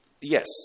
Yes